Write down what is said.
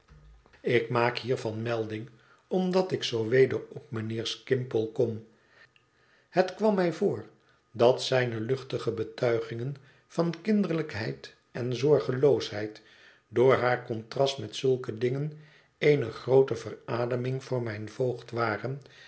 ik maak hiervan melding omdat ik zoo weder op mijnheer skimpole kom het kwam mij voor dat zijne luchtige betuigingen van kinderlijkheid en zorgeloosheid door haar contrast met zulke dingen eene groote verademing voor mijn voogd waren